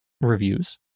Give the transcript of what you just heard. reviews